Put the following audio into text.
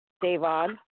Davon